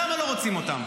למה לא רוצים אותם?